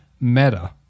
meta